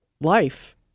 life